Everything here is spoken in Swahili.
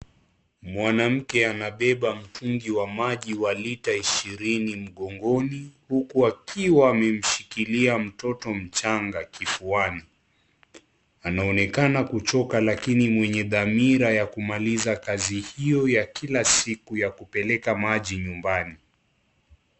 Mwanamke anabeba mitungi wa maji wa lita ishirini mkongoni huku akiwa amemshikilia mchanga kifuani. Anaonekana kuchoka lakini mwenye dhamira ya kumaliza kazi hiyo ya kila siku ya kupeleka maji nyumbani.